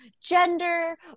gender